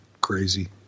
crazy